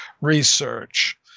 research